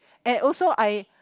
and also I